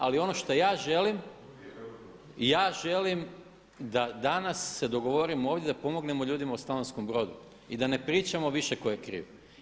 Ali ono šta ja želim ja želim da danas se dogovorimo ovdje da pomognemo ljudima u Slavonskom Brodu i da ne pričamo više tko je kriv.